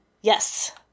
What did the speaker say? yes